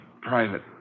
private